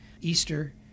Easter